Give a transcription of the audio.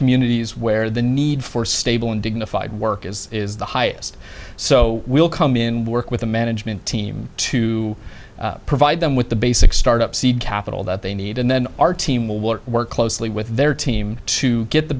communities where the need for stable and dignified work is is the highest so we'll come in work with the management team to provide them with the basic start up seed capital that they need and then our team will work closely with their team to get the